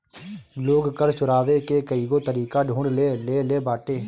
लोग कर चोरावे के कईगो तरीका ढूंढ ले लेले बाटे